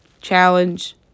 Challenge